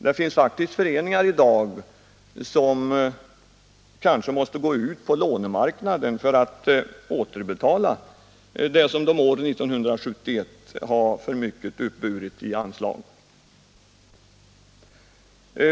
Det finns faktiskt föreningar i dag, som kanske måste gå ut på lånemarknaden för att återbetala det som de år 1971 har uppburit för mycket i anslag.